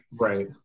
Right